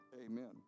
amen